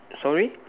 sorry